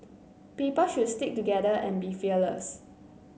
people should stick together and be fearless